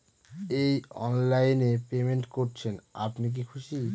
এই অনলাইন এ পেমেন্ট করছেন আপনি কি খুশি?